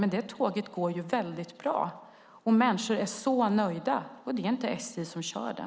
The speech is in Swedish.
Men tåget där går väldigt bra och människor är så nöjda, och det är inte SJ som kör det.